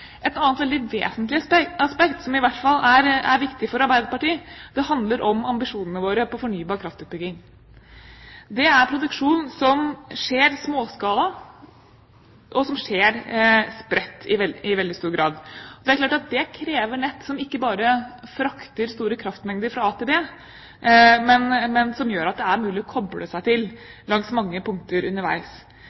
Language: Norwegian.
Et annet, veldig vesentlig, aspekt, som i hvert fall er viktig for Arbeiderpartiet, handler om ambisjonene våre om utbygging av fornybar kraft. Det er småskalaproduksjon og produksjon som i veldig stor grad skjer spredt. Det er klart at det krever nett som ikke bare frakter store kraftmengder fra a til b, men som gjør at det er mulig å koble seg til langs mange punkter underveis.